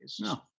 No